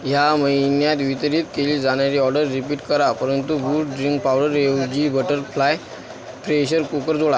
ह्या महिन्यात वितरित केली जाणारी ऑर्डर रिपीट करा परंतु बूट ड्रिंक पावडरऐवजी बटरफ्लाय प्रेशर कुकर जोडा